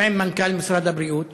וגם עם מנכ"ל משרד הבריאות.